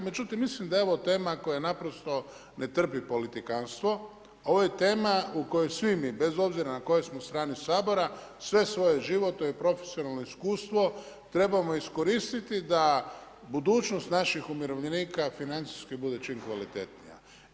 Međutim mislim da je ovo tema koja ne trpi politikantstvo ovo je tema u kojoj svi mi bez obzira na kojoj smo strani Sabora sve svoje životno i profesionalno iskustvo trebamo iskoristiti da budućnost naših umirovljenika financijski bude čim kvalitetnija.